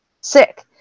sick